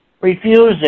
Refusing